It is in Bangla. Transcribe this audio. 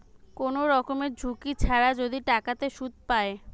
কোন রকমের ঝুঁকি ছাড়া যদি টাকাতে সুধ পায়